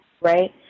right